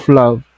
love